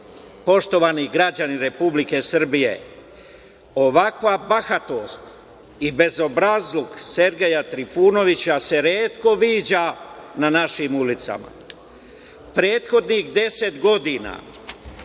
mačke. Poštovani građani Republike Srbije, ovakva bahatost i bezobrazluk Sergeja Trifunovića se retko viđa na našim ulicama. Prethodnih 10 godina